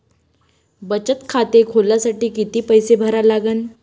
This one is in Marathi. बचत खाते खोलासाठी किती पैसे भरा लागन?